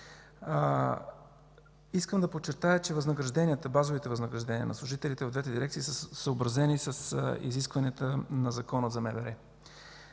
Искам да подчертая, че базовите възнаграждения на служителите в двете дирекции са съобразени с изискванията на Закона за